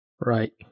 Right